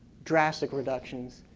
drastic reductions.